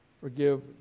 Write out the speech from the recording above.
forgive